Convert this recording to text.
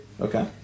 Okay